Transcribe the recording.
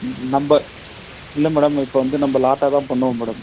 நம்ம இல்லை மேடம் இப்போ வந்து நம்ம லாட்டாக தான் பண்ணுவோம் மேடம்